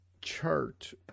chart